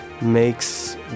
makes